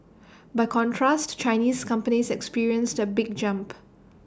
by contrast Chinese companies experienced A big jump